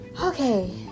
Okay